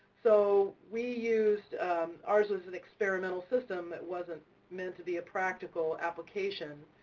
so we used ours is an experimental system. it wasn't meant to be a practical application.